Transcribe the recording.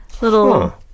little